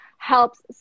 helps